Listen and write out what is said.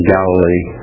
Galilee